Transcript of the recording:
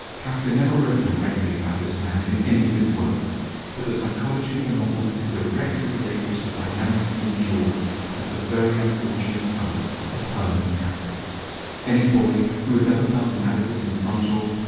kafka never wrote directly about this man in any of his works but the psychology of the novels is directly related to the dynamics he endured as the very unfortunate son of hermann kafka any boy who has ever felt inadequate in front of,